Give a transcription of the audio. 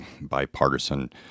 bipartisan